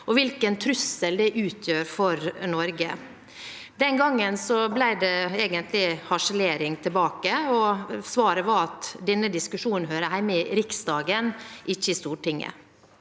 og hvilken trussel det utgjør for Norge. Den gangen ble det egentlig harselering tilbake, og svaret var at denne diskusjonen hører hjemme i Riksdagen, ikke i Stortinget.